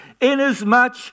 inasmuch